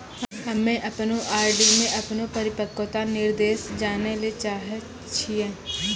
हम्मे अपनो आर.डी मे अपनो परिपक्वता निर्देश जानै ले चाहै छियै